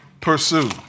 pursue